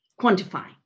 quantifying